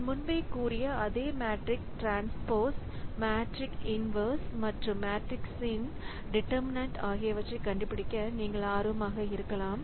நான் முன்பே கூறிய அதே மேட்ரிக்ஸ் டிரான்ஸ்போ மேட்ரிக்ஸ் இன்வேர்ஸ் மற்றும் மேட்ரிக்ஸின் டிட்டர்மினன்ட் ஆகியவற்றைக் கண்டுபிடிக்க நீங்கள் ஆர்வமாக இருக்கலாம்